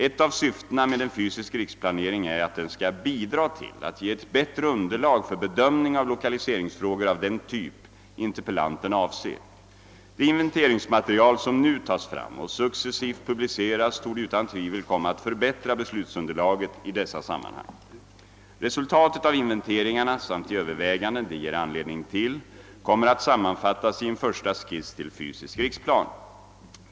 Ett av syftena med en fysisk riksplanering är att den skall bidra till att ge ett bättre underlag för bedömning av lokaliseringsfrågor av den typ interpellanten avser. Det inventeringsmaterial som nu tas fram och successivt publiceras torde utan tvivel komma att förbättra beslutsunderlaget i dessa sammanhang. Resultatet av inventeringarna samt de överväganden de ger anledning till kommer att sammanfattas i en första skiss till fysisk riksplan.